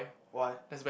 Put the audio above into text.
why